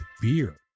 beer